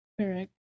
Correct